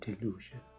delusion